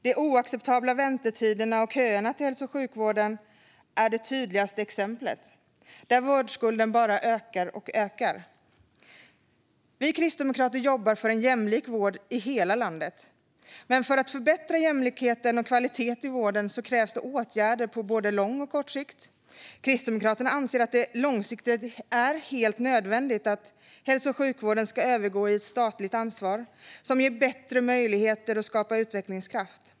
De oacceptabla väntetiderna och köerna till hälso och sjukvården är det tydligaste exemplet, där vårdskulden bara ökar och ökar. Vi kristdemokrater jobbar för en jämlik vård i hela landet. Men för att förbättra jämlikheten och kvaliteten i vården krävs det åtgärder på både lång och kort sikt. Kristdemokraterna anser att det långsiktigt är helt nödvändigt att hälso och sjukvården ska övergå i ett statligt ansvar som ger bättre möjligheter och skapar utvecklingskraft.